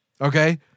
Okay